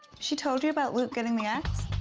she told you about luke getting the ax?